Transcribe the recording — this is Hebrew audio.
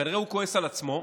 כנראה הוא כועס על עצמו,